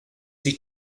sich